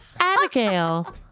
Abigail